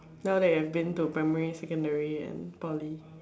now that you have been to primary secondary and Poly